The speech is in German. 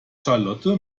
charlotte